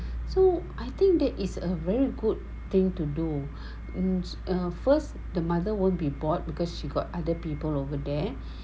so I think that is a very good thing to do in a first the mother won't be bored because she got other people over there